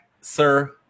sir